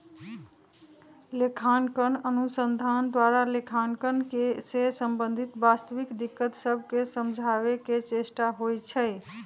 लेखांकन अनुसंधान द्वारा लेखांकन से संबंधित वास्तविक दिक्कत सभके समझाबे के चेष्टा होइ छइ